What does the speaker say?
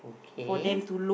okay